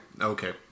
okay